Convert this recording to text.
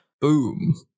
Boom